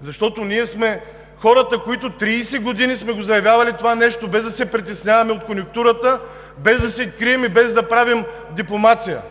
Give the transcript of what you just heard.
Защото ние сме хората, които 30 години сме го заявявали това нещо, без да се притесняваме от конюнктурата, без да се крием и без да правим дипломация